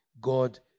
God